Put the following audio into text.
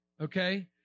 okay